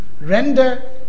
render